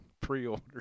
pre-order